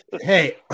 Hey